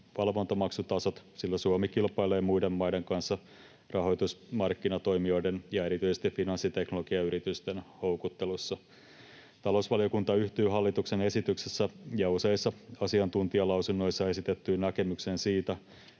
valvontamaksutasot, sillä Suomi kilpailee muiden maiden kanssa rahoitusmarkkinatoimijoiden ja erityisesti finanssiteknologiayritysten houkuttelussa. Talousvaliokunta yhtyy hallituksen esityksessä ja useissa asiantuntijalausunnoissa esitettyyn näkemykseen siitä,